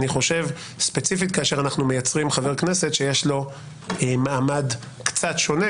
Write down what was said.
אני חושב ספציפית כאשר אנחנו מייצרים חבר כנסת שיש לו מעמד קצת שונה,